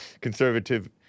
Conservative